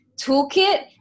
toolkit